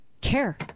care